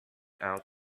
out